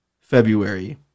February